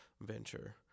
venture